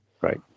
Right